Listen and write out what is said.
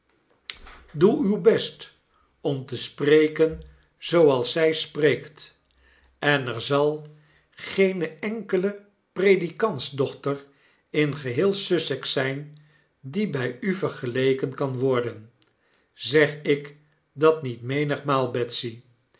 doe uw best om te spreken zooals zy spreekt en er zal geene enkele predikantsdochter in geheel sussex zyn die by u vergeleken kan worden zeg ik dat niet menigmaal betsy